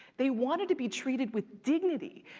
they wanted to be treated with dignity.